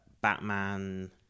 Batman